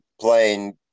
playing